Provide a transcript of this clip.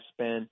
spend